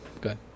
good